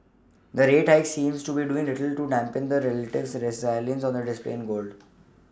the rate hikes seem to be doing little to dampen the relative resilience on display in gold